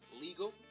legal